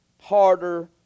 harder